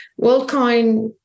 WorldCoin